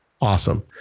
Awesome